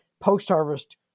post-harvest